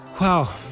Wow